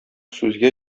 сүзгә